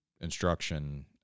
instruction